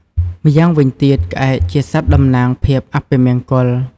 ម្យ៉ាងវិញទៀតក្អែកជាសត្វតំណាងភាពអពមង្គល។